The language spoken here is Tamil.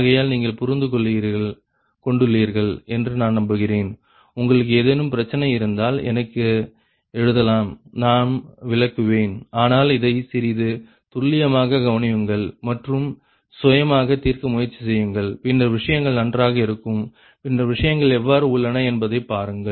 ஆகையால் நீங்கள் புரிந்துகொண்டுள்ளீர்கள் என்று நான் நம்புகிறேன் உங்களுக்கு ஏதேனும் பிரச்சனை இருந்தால் எனக்கு எழுதலாம் நாம் விளக்குவேன் ஆனால் இதை சிறிது துல்லியமாக கவனியுங்கள் மற்றும் சுயமாக தீர்க்க முயற்சி செய்யுங்கள் பின்னர் விஷயங்கள் நன்றாக இருக்கும் பின்னர் விஷயங்கள் எவ்வாறு உள்ளன என்பதைப் பாருங்கள்